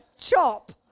chop